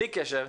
בלי קשר,